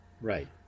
Right